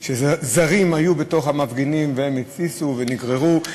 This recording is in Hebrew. שזרים היו בתוך המפגינים והם התסיסו ונגררו.